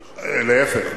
להיפך.